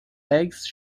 eggs